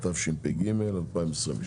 התשפ"ג-2023.